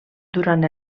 durant